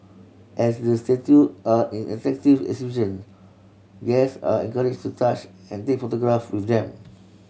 as the statue are an interactive exhibit guests are encouraged to touch and take photograph with them